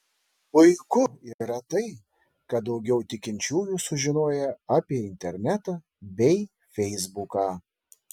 puiku yra tai kad daugiau tikinčiųjų sužinojo apie internetą bei feisbuką